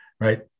right